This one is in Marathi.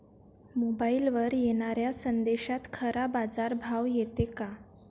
मोबाईलवर येनाऱ्या संदेशात खरा बाजारभाव येते का?